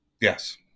Yes